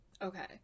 Okay